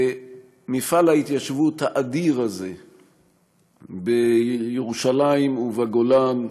מפעל ההתיישבות האדיר הזה בירושלים ובגולן,